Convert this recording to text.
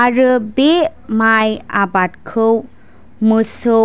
आरो बे माइ आबादखौ मोसौ